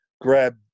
grab